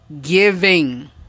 giving